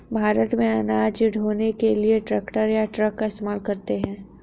भारत में अनाज ढ़ोने के लिए ट्रैक्टर या ट्रक का इस्तेमाल करते हैं